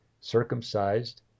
circumcised